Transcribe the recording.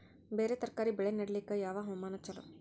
ಬೇರ ತರಕಾರಿ ಬೆಳೆ ನಡಿಲಿಕ ಯಾವ ಹವಾಮಾನ ಚಲೋ?